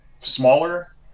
smaller